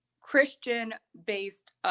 Christian-based